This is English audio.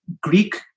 Greek